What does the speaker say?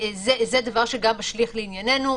זה דבר שגם משליך לעניינינו.